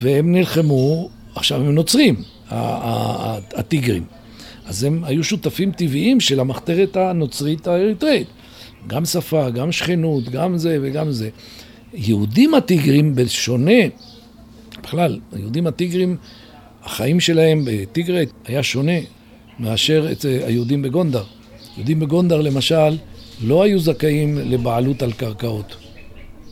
והם נלחמו, עכשיו הם נוצרים, הטיגרים. אז הם היו שותפים טבעיים של המחתרת הנוצרית האריתראית. גם שפה, גם שכנות, גם זה וגם זה. היהודים הטיגרים בשונה, בכלל, יהודים הטיגרים, החיים שלהם בטיגרט היה שונה מאשר היהודים בגונדר. יהודים בגונדר, למשל, לא היו זכאים לבעלות על קרקעות.